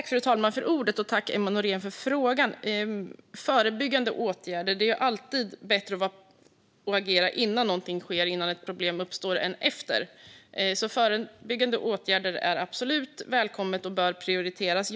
Fru talman! Tack, Emma Nohrén, för frågan! Det är alltid bättre att agera innan ett problem uppstår än efteråt. Förebyggande åtgärder är absolut välkomna och bör prioriteras.